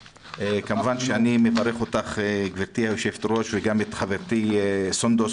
כמובן שאני מברך אותך גברתי היושבת ראש וגם את חברתי סונדוס